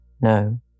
No